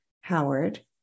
Howard